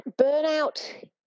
burnout